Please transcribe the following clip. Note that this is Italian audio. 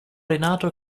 renato